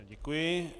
Děkuji.